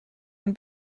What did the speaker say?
ein